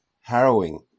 harrowing